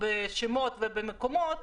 בשמות ובמקומות,